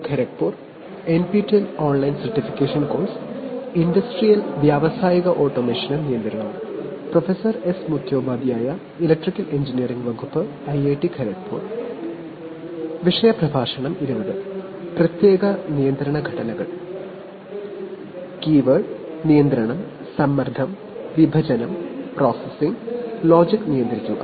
keyword നിയന്ത്രണം സമ്മർദ്ദം വിഭജനം പ്രോസസ്സിംഗ് ലോജിക് നിയന്ത്രിക്കുക